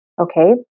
Okay